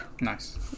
Nice